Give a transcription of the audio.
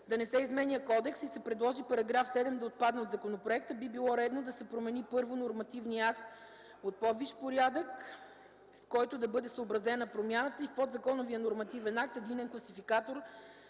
да не се изменя кодекс и се предложи § 7 да отпадне от законопроекта. Би било редно да се промени първо нормативният акт от по-висш порядък, с който да бъде съобразена промяната и в подзаконовия нормативен акт – Единния класификатор